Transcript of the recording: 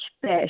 fish